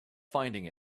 finding